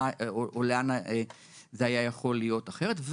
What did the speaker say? או לאן זה היה יכול להיות אחרת.